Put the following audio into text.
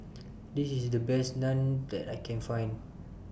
This IS The Best Naan that I Can Find